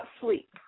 sleep